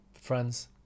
friends